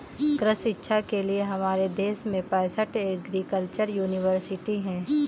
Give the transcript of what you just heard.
कृषि शिक्षा के लिए हमारे देश में पैसठ एग्रीकल्चर यूनिवर्सिटी हैं